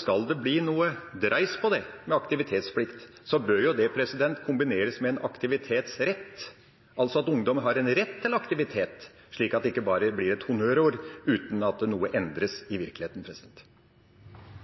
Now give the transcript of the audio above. Skal det bli noe dreis på aktivitetsplikten, bør den kombineres med en aktivitetsrett – altså at ungdommen har en rett til aktivitet – slik at det ikke bare blir et honnørord uten at noe endres i virkeligheten.